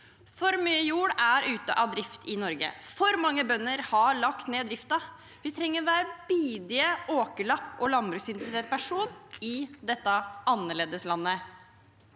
For mye jord er ute av drift i Norge. For mange bønder har lagt ned driften. Vi trenger hver bidige åkerlapp og landbruksinteresserte person i dette annerledeslandet.